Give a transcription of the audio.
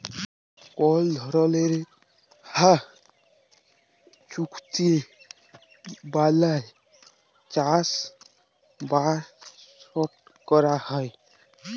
call ধরলের হাঁ চুক্তি বালায় চাষবাসট ক্যরা হ্যয়